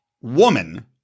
woman